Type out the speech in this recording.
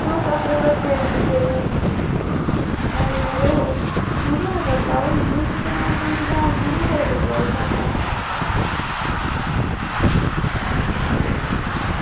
तुस अपने बच्चे गी बी लेई आएओ नेईं यरो कुत्थें बड्डा होइयै यरो चार पंज साल कुत्थें पता चलदा यरो टैम